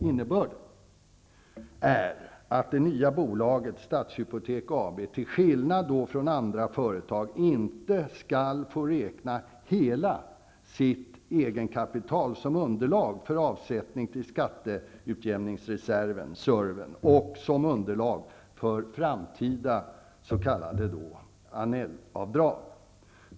Innebörden är att den nya bolaget, Stadshypotek AB, till skillnad från andra företag inte skall få räkna hela sitt egenkapital som underlag för avsättning till skatteutjämningsreserv, surv, och som underlag för framtida s.k. Annellavdrag.